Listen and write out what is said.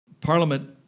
Parliament